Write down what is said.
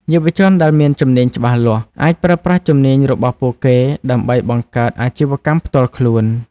យុវជនដែលមានជំនាញច្បាស់លាស់ អាចប្រើប្រាស់ជំនាញរបស់ពួកគេដើម្បីបង្កើតអាជីវកម្មផ្ទាល់ខ្លួន។